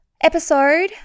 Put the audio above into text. episode